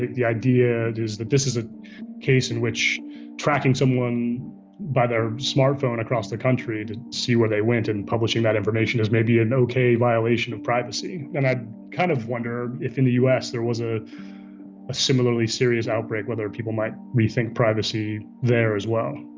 the the idea is that this is a case in which tracking someone by their smartphone across the country to see where they went and publishing that information is maybe a noack violation of privacy. and i kind of wonder if in the us there was ah a similarly serious outbreak whether people might rethink privacy there as well